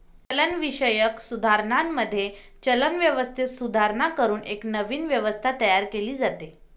चलनविषयक सुधारणांमध्ये, चलन व्यवस्थेत सुधारणा करून एक नवीन व्यवस्था तयार केली जाते